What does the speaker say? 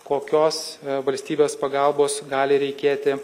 kokios valstybės pagalbos gali reikėti